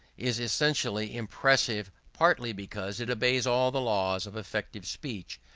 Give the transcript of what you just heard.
is especially impressive partly because it obeys all the laws of effective speech,